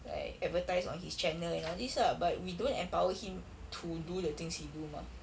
like advertise on his channel and all this lah but we don't empower him to do the things he do mah